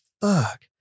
fuck